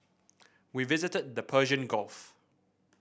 we visited the Persian Gulf